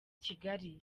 kigali